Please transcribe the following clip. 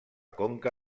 conca